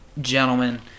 gentlemen